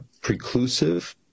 preclusive